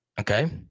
Okay